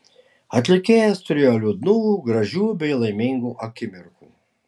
atlikėjas turėjo liūdnų gražių bei laimingų akimirkų